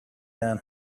down